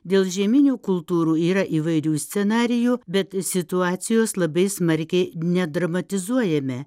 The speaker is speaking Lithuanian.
dėl žieminių kultūrų yra įvairių scenarijų bet situacijos labai smarkiai nedramatizuojame